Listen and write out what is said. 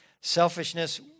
Selfishness